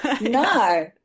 No